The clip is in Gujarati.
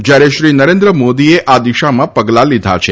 જ્યારે શ્રી નરેન્દ્ર મોદીએ આ દિશામાં પગલાં લીધાં છે